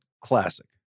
classic